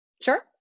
Sure